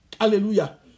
Hallelujah